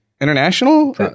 International